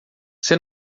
você